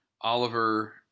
Oliver